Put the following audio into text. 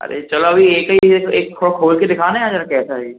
अरे चलो अभी एक ही है तो एक खो खोल के दिखाना यार ज़रा कैसा है